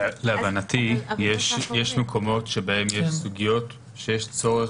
להבנתי יש מקומות שבהם יש סוגיות שיש צורך